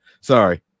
Sorry